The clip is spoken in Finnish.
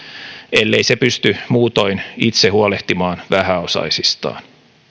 ellei se pysty muutoin itse huolehtimaan vähäosaisistaan